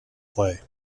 play